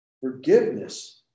Forgiveness